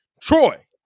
Troy